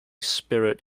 spirit